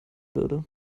würde